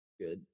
Good